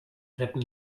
retten